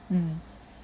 mm